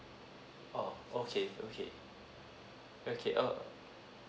oh okay okay okay uh